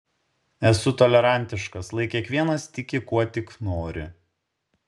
esu tolerantiškas lai kiekvienas tiki kuo tik nori